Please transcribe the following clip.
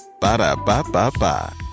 Ba-da-ba-ba-ba